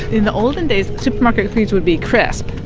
in the olden days, supermarket cookies would be crisp.